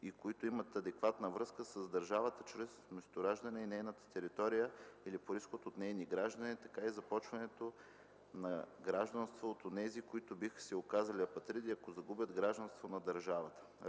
и които имат адекватна връзка с държавата чрез месторождение на нейната територия или произход от нейни граждани, така и запазването на гражданство от онези, които биха се оказали апатриди, ако загубят гражданството на държавата.